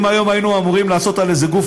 אם היום היינו אמורים לעשות על איזשהו גוף